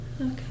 Okay